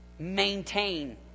Maintain